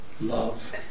love